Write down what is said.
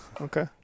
Okay